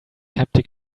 haptic